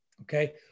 okay